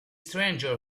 stranger